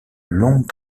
longue